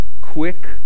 quick